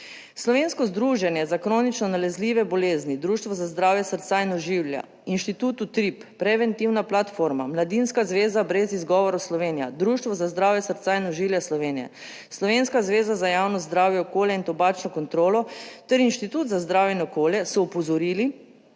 Slovensko združenje za kronično nalezljive bolezni, Društvo za zdravje srca in ožilja, Inštitut Utrip, Preventivna platforma, Mladinska zveza Brez izgovora Slovenija, Društvo za zdravje srca in ožilja Slovenije, Slovenska zveza za javno zdravje, okolje in tobačno kontrolo ter Inštitut za zdravje in okolje so opozorili,